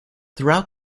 throughout